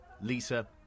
Lisa